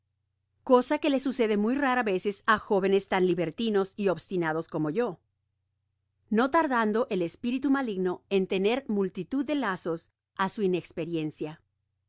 cosa que le sucede muy raras veces á jóvenes tan libertinos y obstinados como yo no tardando el espiritu maligno en tender multitud de lazos á su inesperiencik